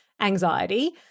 anxiety